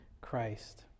Christ